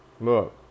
look